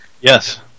Yes